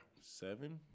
Seven